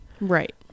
Right